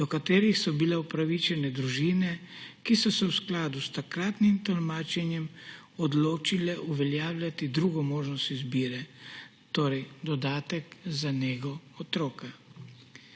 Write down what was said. do katerih so bile upravičene družine, ki so se v skladu s takratnim tolmačenjem odločile uveljavljati drugo možnost izbire, torej dodatek za nego otroka.